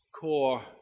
core